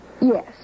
Yes